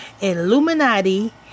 illuminati